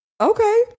Okay